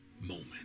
moment